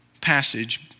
passage